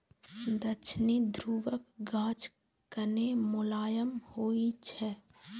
दक्षिणी ध्रुवक गाछ कने मोलायम होइ छै